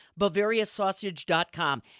BavariaSausage.com